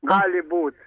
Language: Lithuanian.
gali būt